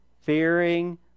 fearing